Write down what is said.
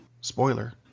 Spoiler